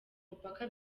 mupaka